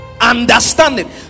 Understanding